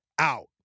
out